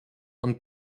und